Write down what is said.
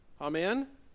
Amen